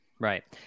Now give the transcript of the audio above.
Right